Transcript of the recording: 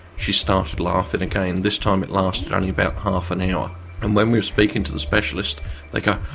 she started laughing again. this time it lasted only about half an hour and when we were speaking to the specialist like ah